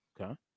Okay